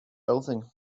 building